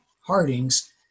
Harding's